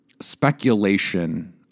speculation